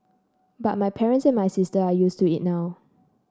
but my parents and my sisters are used to it now